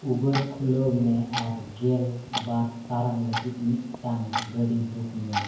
ᱩᱵᱟᱹᱨ ᱠᱷᱩᱞᱟᱹᱣ ᱢᱮ ᱟᱨ ᱜᱮᱞᱵᱟᱨ ᱴᱟᱲᱟᱝ ᱞᱟᱹᱜᱤᱫ ᱢᱤᱫᱴᱟᱝ ᱜᱟᱹᱰᱤ ᱵᱩᱠᱢᱮ